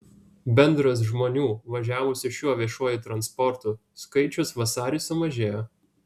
bendras žmonių važiavusių šiuo viešuoju transportu skaičius vasarį sumažėjo